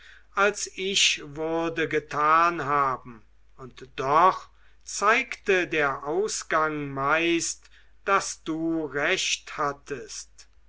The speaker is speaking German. als ich würde getan haben und doch zeigte der ausgang meist daß du recht hattest